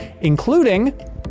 including